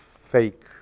fake